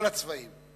מכל הצבעים.